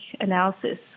analysis